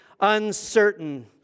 uncertain